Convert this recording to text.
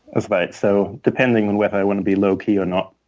that's right. so depending on whether i want to be low-key or not,